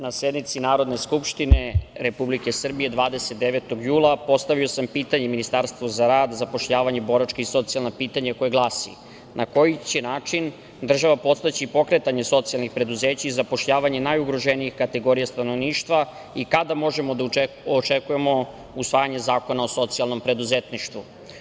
Na sednici Narodne skupštine Republike Srbije 29. jula, postavio sam pitanje Ministarstvu za rad, zapošljavanje, boračka i socijalna pitanja koje glasi – na koji će način država podstaći pokretanje socijalnih preduzeća i zapošljavanje najugroženijih kategorija stanovništva i kada možemo da očekujemo usvajanje zakona o socijalnom preduzetništvu?